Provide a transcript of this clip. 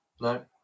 No